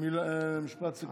משפט סיכום.